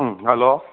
ꯎꯝ hello